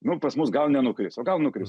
na pas mus gal nenukris o gal nukris